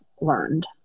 learned